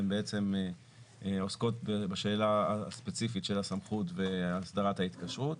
הן עוסקות בשאלה הספציפית של הסמכות והסדרת ההתקשרות,